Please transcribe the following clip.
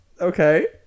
Okay